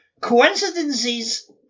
Coincidences